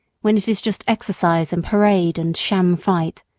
when it is just exercise and parade and sham fight.